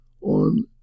on